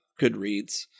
Goodreads